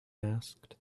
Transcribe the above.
asked